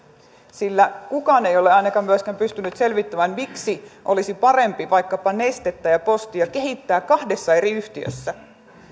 sillä kukaan ei ole ainakaan myöskään pystynyt selvittämään miksi olisi parempi vaikkapa nestettä ja postia kehittää kahdessa eri yhtiössä